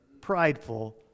prideful